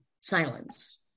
silence